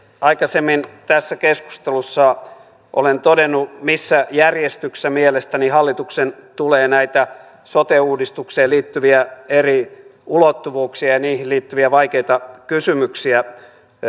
aikaisemmin tässä keskustelussa olen todennut missä järjestyksessä mielestäni hallituksen tulee näitä sote uudistukseen liittyviä eri ulottuvuuksia ja niihin liittyviä vaikeita kysymyksiä